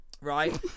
right